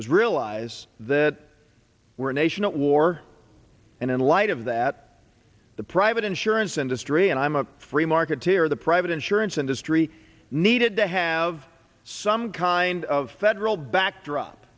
was realize that we're nation at war and in light of that the private insurance industry and i'm a free marketeer the private insurance industry needed to have some kind of federal backdrop